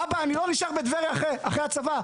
'אבא, אני לא נשאר בטבריה אחרי הצבא'.